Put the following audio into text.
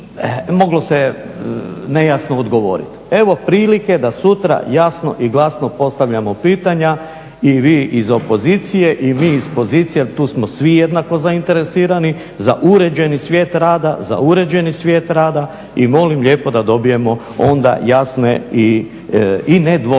moglo se nejasno odgovoriti. Evo prilike da sutra glasno i jasno postavljamo pitanja i vi iz opozicije i mi iz opozicije jer tu smo svi jednako zainteresirani za uređeni svijet rada i molim lijepo da dobijemo onda jasne i ne dvosmislene